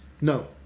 No